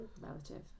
Relative